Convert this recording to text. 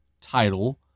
title